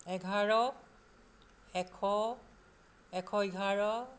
এঘাৰ এশ এশ এঘাৰ